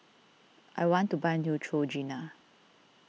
I want to buy Neutrogena